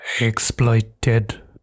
Exploited